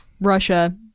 Russia